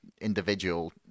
individual